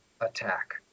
attack